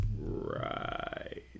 Right